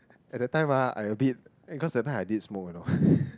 at the time ah I a bit cause the time I did smoke you know